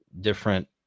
different